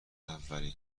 اولین